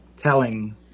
telling